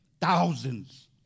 Thousands